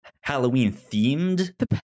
Halloween-themed